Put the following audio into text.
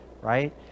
right